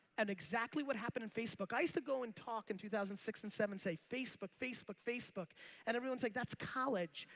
and exactly what happened in facebook i used to go and talk in two thousand and six and seven say facebook, facebook, facebook and everyone's like, that's college,